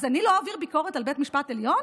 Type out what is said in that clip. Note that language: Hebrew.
אז אני לא אעביר ביקורת על בית משפט עליון?